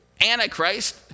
Antichrist